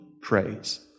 praise